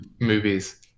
movies